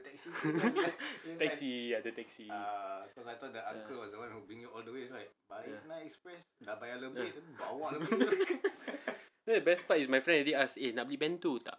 taxi ya the taxi the best part is my friend already ask eh nak beli bento tak